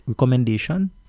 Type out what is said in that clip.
recommendation